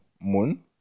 moon